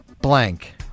blank